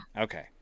okay